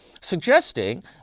suggesting